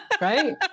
right